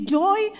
joy